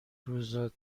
روزا